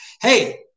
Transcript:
Hey